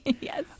Yes